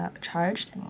Charged